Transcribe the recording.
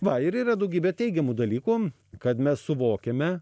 va ir yra daugybė teigiamų dalykų kad mes suvokiame